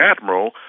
admiral